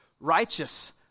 righteous